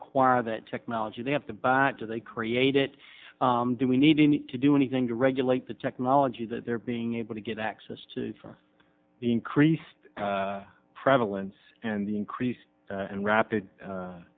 acquire that technology they have to buy or they create it do we need to do anything to regulate the technology that they're being able to get access to for the increased prevalence and the increased and rapid